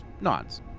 nods